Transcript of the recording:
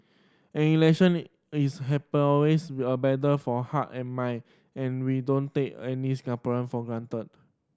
an election is happen always with a battle for heart and mind and we don't take any Singaporean for granted